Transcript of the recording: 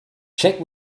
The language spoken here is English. check